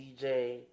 DJ